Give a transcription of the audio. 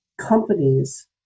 companies